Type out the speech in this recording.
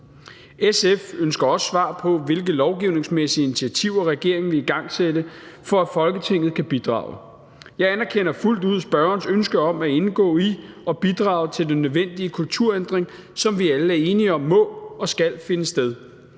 SF ønsker også svar på, hvilke lovgivningsmæssige initiativer regeringen vil igangsætte, for at Folketinget kan bidrage. Jeg anerkender fuldt ud spørgerens ønske om at indgå i og bidrage til den nødvendige kulturændring, som vi alle er enige om må og skal finde sted.